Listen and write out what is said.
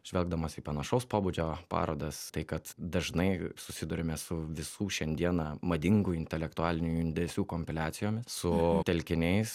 žvelgdamas į panašaus pobūdžio parodas tai kad dažnai susiduriame su visų šiandieną madingų intelektualinių judesių kompiliacijom su telkiniais